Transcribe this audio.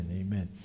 amen